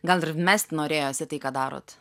gal ir mest norėjosi tai ką darot